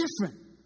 different